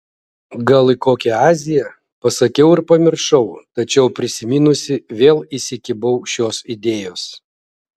gal į kokią aziją pasakiau ir pamiršau tačiau prisiminusi vėl įsikibau šios idėjos